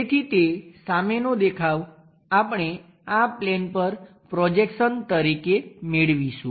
તેથી તે સામેનો દેખાવ આપણે આ પ્લેન પર પ્રોજેક્શન તરીકે મેળવીશું